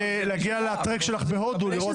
להגיע ל-טרק בהודו לראות אם זה התקבל.